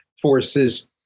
forces